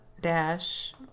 dash